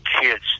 kids